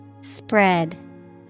Spread